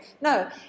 no